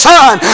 Son